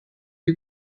die